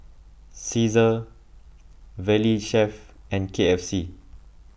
Cesar Valley Chef and K F C